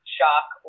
shock